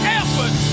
effort